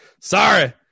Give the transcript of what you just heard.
Sorry